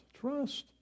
trust